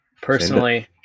personally